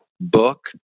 book